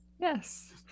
yes